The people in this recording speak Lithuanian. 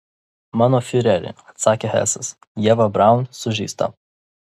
mano fiureri atsakė hesas ieva braun sužeista